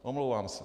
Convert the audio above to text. Omlouvám se.